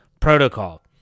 protocol